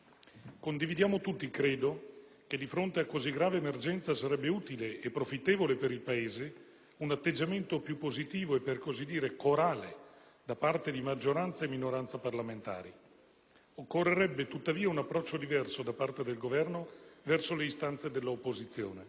Condividiamo tutti, credo, che di fronte a così grave emergenza sarebbe utile e profittevole per il Paese un atteggiamento più positivo e, per così dire, corale da parte di maggioranza e minoranza parlamentari; occorrerebbe, tuttavia, un approccio diverso da parte del Governo verso le istanze della opposizione.